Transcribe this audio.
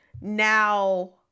Now